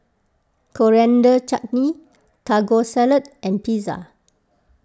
Coriander Chutney Taco Salad and Pizza